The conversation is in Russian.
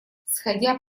сходя